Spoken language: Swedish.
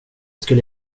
skulle